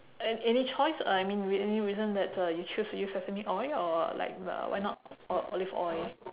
a~ any choice uh I mean any reason that uh you choose to use sesame oil or like why not or olive oil